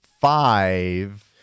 five